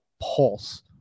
pulse